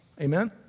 Amen